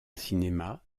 cinema